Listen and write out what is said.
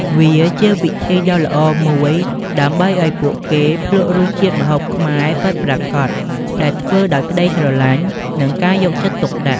វាជាវិធីដ៏ល្អមួយដើម្បីឲ្យពួកគេភ្លក្សរសជាតិម្ហូបខ្មែរពិតប្រាកដដែលធ្វើដោយក្ដីស្រឡាញ់ និងការយកចិត្តទុកដាក់។